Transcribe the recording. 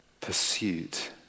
pursuit